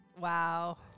Wow